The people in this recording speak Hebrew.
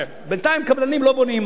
בינתיים קבלנים לא בונים.